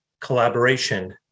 collaboration